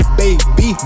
baby